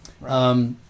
Right